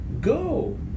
go